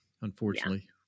unfortunately